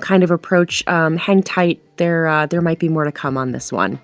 kind of approach hand tight there there might be more to come on this one